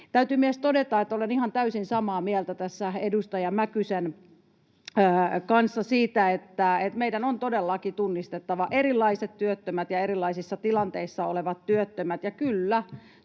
Täytyy myös todeta, että olen ihan täysin samaa mieltä tässä edustaja Mäkysen kanssa siitä, että meidän on todellakin tunnistettava erilaiset työttömät ja erilaisissa tilanteissa olevat työttömät,